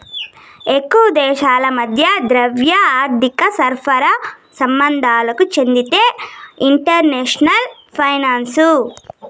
ఎక్కువ దేశాల మధ్య ద్రవ్య, ఆర్థిక పరస్పర సంబంధాలకు చెందిందే ఇంటర్నేషనల్ ఫైనాన్సు